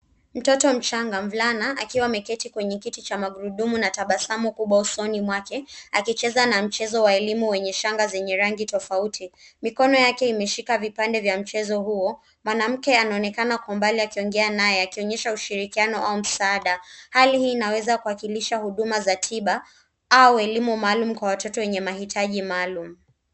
Mtoto mchanga mvulana akiwa ameketi kwenye kiti cha magurudumu na tabasamu kubwa usoni mwake, akicheza na mchezo wa elimu wenye shanga zenye rangi tofauti. Mikono yake imeshika vipande vya mchezo huo. Mwanamke anaonekana kwa umbali akiongea naye, akionyesha ushirikiano au msaada. Hali hii inaweza kuakilisha huduma za tiba au elimu maalum kwa watoto wenye mahitaji maalum.